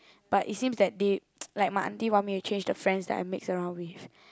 but it seems that they like my auntie want me to change the friends that I mix around with